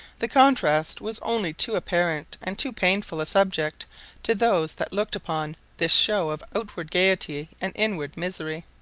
the contrast was only too apparent and too painful a subject to those that looked upon this show of outward gaiety and inward misery.